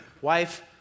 wife